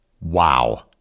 wow